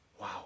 wow